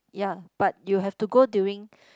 ya but you have to go during